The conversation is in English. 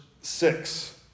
six